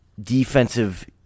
defensive